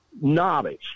knowledge